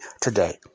today